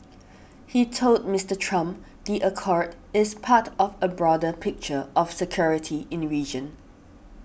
he told Mister Trump the accord is part of a broader picture of security in region